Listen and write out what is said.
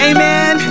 Amen